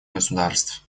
государств